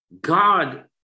God